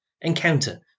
encounter